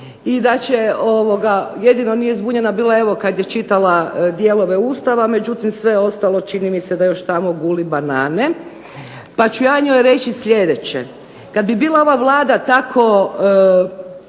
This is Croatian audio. i da će, jedino nije zbunjena bila evo kad je čitala dijelove Ustava, međutim sve ostalo čini mi se da još tamo guli banane. Pa ću ja njoj reći slijedeće: kad bi bila ova Vlada tako